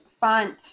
font